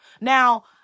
Now